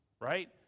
right